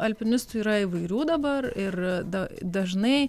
alpinistų yra įvairių dabar ir tada dažnai